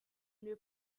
new